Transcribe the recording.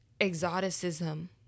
exoticism